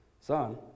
son